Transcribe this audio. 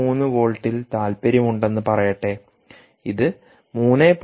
3 വോൾട്ടിൽ താൽപ്പര്യമുണ്ടെന്ന് പറയട്ടെ ഇത് 3